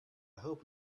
hope